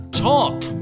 Talk